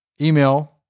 email